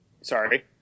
sorry